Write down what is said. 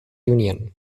union